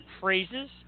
phrases